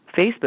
Facebook